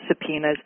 subpoenas